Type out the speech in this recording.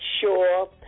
sure